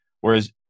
Whereas